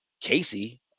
Casey